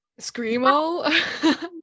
screamo